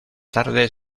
tarde